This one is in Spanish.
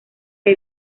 que